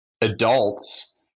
adults